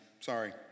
Sorry